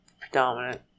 predominant